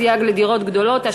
סייג לדירות גדולות),